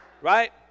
Right